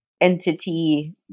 entity